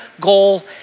goal